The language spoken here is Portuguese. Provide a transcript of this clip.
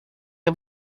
ela